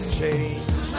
change